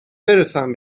برسم